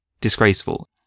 disgraceful